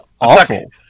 awful